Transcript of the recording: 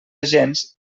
agents